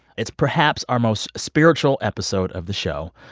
it's perhaps our most spiritual episode of the show,